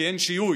כי אין שיהוי,